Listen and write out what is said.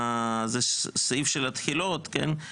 זה הסעיף של התחילות, כן?